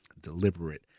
deliberate